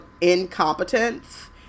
incompetence